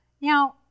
Now